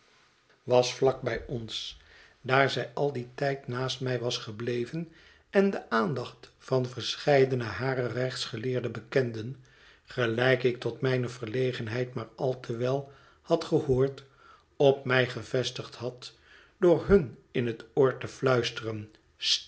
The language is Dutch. was vlak bij ons daar zij al dien tijd naast mij was gebleven en de aandacht van verscheidene harer rechtsgeleerde bekenden gelijk ik tot mijne verlegenheid maar al te wel had gehoord op mij gevestigd had door hun in het oor te fluisteren